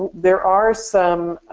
there are some